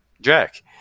jack